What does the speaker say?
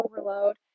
overload